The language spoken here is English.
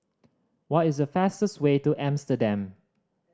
what is the fastest way to Amsterdam